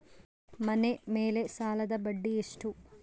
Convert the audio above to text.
ಮನೆ ಮೇಲೆ ಸಾಲದ ಬಡ್ಡಿ ಎಷ್ಟು?